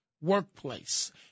workplace